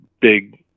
big